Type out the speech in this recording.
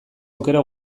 aukera